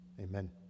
Amen